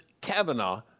Kavanaugh